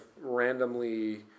randomly